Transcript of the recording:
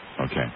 Okay